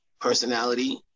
personality